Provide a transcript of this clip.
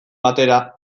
batera